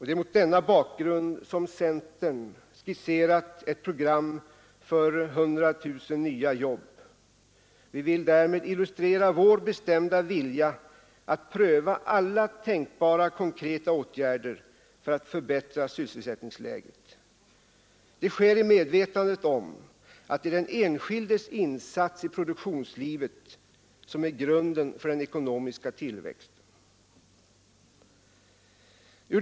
Det är mot denna bakgrund som centern skisserat ett program för 100 000 nya jobb. Vi vill därmed illustrera vår bestämda vilja att pröva alla tänkbara konkreta åtgärder för att förbättra sysselsättningsläget. Det sker i medvetandet om att det är den enskildes insats i produktionslivet som är grunden för den ekonomiska tillväxten.